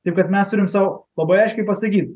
taip kad mes turim sau labai aiškiai pasakyt